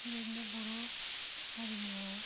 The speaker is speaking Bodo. बेबादिनो बर' हारिमुवाव